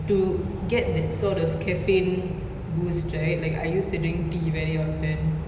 to get that sort of caffeine boost right like I used to drink tea very often